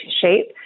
shape